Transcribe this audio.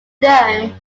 there